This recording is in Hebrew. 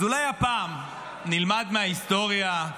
אז אולי הפעם נלמד מההיסטוריה,